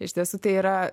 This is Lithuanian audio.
iš tiesų tai yra